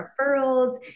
referrals